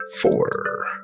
Four